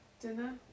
dinner